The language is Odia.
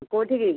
କେଉଁଠିକୁ